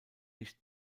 nicht